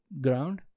ground